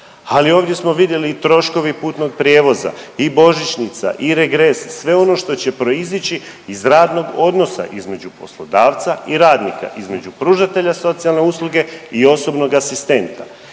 Ali ovdje smo vidjeli i troškovi putnog prijevoza i božićnica i regres, sve ono što će proizići iz radnog odnosa između poslodavca i radnika, između pružatelja socijalne usluge i osobnog asistenta.